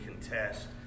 contest